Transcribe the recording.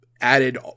added